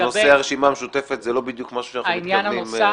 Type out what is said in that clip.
נושא הרשימה המשותפת זה לא בדיוק משהו שאנחנו מתכוונים להתעסק איתו.